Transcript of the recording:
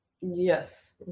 Yes